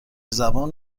زبان